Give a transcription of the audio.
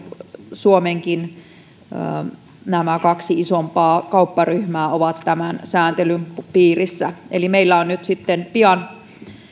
suomenkin kaksi isompaa kaupparyhmää ovat tämän sääntelyn piirissä eli meillä on nyt sitten pian